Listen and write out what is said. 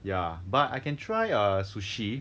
ya but I can try err sushi